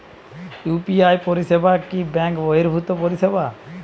UPI পরিসেবা কি bank বর্হিভুত পরিসেবা?